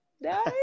No